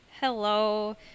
Hello